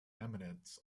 eminence